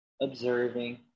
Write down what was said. observing